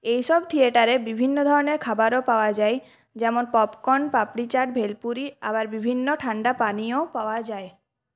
এইসব থিয়েটারে বিভিন্ন ধরনের খাবারও পাওয়া যায় যেমন পপকর্ণ পাঁপড়িচাট ভেলপুরি আবার বিভিন্ন ঠান্ডা পানীয়ও পাওয়া যায়